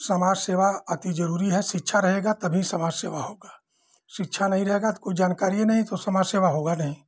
समाज सेवा अति ज़रूरी है शिक्षा रहेगी तभी समाज सेवा होगी शिक्षा नहीं रहेगी तो कोई जानकारिए नहीं तो समाज सेवा होगी नहीं